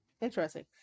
interesting